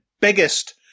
biggest